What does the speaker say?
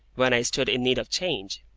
when i stood in need of change.